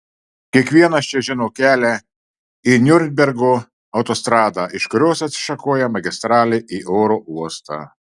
kiekvienas čia žino kelią į niurnbergo autostradą iš kurios atsišakoja magistralė į oro uostą